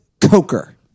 Coker